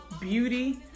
beauty